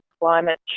climate